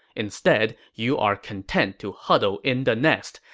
instead, you are content to huddle in the nest,